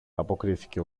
αποκρίθηκε